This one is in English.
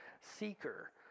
seeker